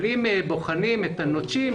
אבל אם בוחנים את הנוטשים,